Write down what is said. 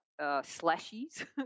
slashies